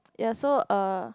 ya so uh